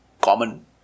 common